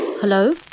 Hello